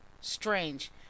Strange